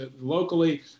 locally